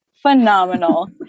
phenomenal